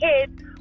kids